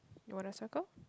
you wanna circle